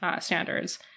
standards